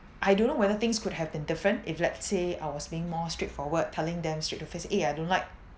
I don't know whether things could have been different if let's say I was being more straightforward telling them straight to face eh I don't like